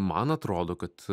man atrodo kad